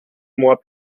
mois